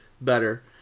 better